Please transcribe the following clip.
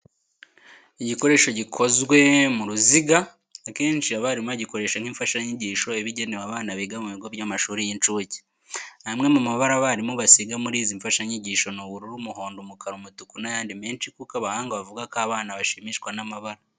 Igikoresho gikozwe mu ruziga akenshi abarimu bagikoresha nk'imfashanyigisho iba igenewe abana biga mu bigo by'amashuri y'incuke. Amwe mu mabara abarimu basiga muri izi mfashanyigisho ni ubururu, umuhondo, umukara, umutuku n'ayandi menshi kuko abahanga bavuga ko abana bashimishwa n'amabara.